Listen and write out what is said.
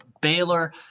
Baylor